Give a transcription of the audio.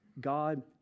God